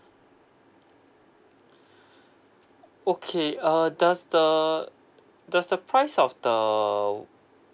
okay uh does the does the price of the